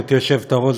גברתי היושבת-ראש,